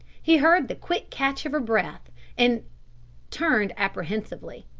he heard the quick catch of her breath and turned apprehensively.